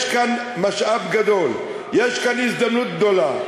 יש כאן משאב גדול, יש כאן הזדמנות גדולה.